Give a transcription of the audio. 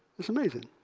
it's amazing.